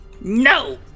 No